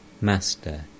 Master